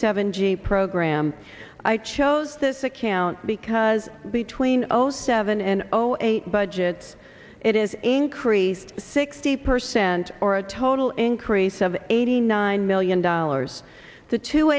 seven g program i chose this account because between zero seven and zero eight budgets it is increased sixty per cent or a total increase of eighty nine million dollars t